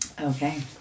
Okay